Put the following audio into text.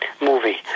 movie